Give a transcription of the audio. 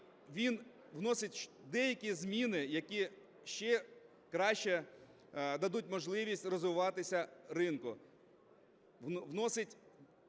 він вносить деякі зміни, які ще краще дадуть можливість розвиватися ринку. Вносить